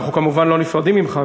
אנחנו כמובן לא נפרדים ממך,